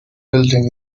building